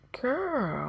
Girl